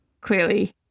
clearly